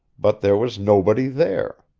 but there was nobody there.